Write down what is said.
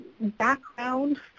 background